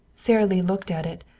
sara lee looked at it,